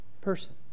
person